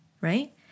right